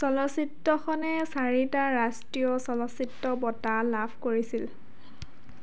চলচ্চিত্ৰখনে চাৰিটা ৰাষ্ট্ৰীয় চলচ্চিত্ৰ বঁটা লাভ কৰিছিল